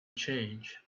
change